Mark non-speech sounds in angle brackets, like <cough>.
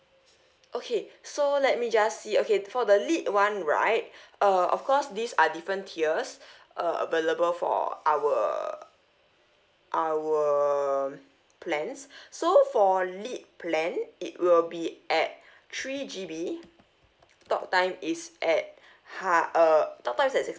okay so let me just see okay for the lead one right <breath> uh of course these are different tiers <breath> uh available for our our plans <breath> so for lead plan it will be at three G_B talk time is at ha~ uh talk time is at